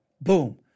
boom